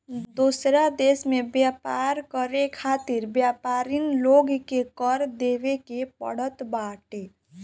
दूसरा देस में व्यापार करे खातिर व्यापरिन लोग के कर देवे के पड़त बाटे